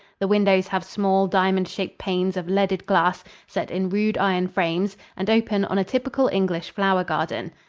the windows have small, diamond-shaped panes of leaded glass set in rude iron frames and open on a typical english flower garden.